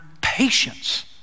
patience